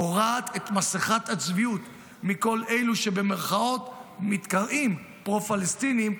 קורעת את מסכת הצביעות מכל אלו שמתקראים פרו-פלסטינים,